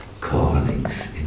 callings